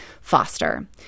foster